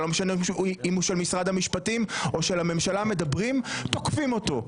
או אם הוא של משרד המשפטים או של הממשלה תוקפים אותו.